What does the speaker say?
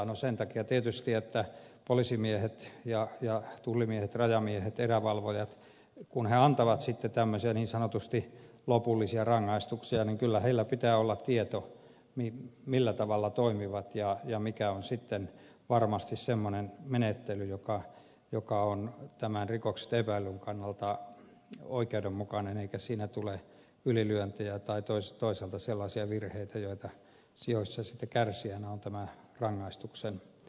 no sen takia tietysti että kun poliisimiehet tullimiehet rajamiehet erävalvojat antavat tämmöisiä niin sanotusti lopullisia rangaistuksia niin kyllä heillä pitää olla tieto siitä millä tavalla he toimivat ja mikä on sitten varmasti semmoinen menettely joka on tämän rikoksesta epäillyn kannalta oikeudenmukainen ja jossa ei tule ylilyöntejä tai toisaalta sellaisia virheitä joissa sitten kärsijänä on tämä rangaistuksen saanut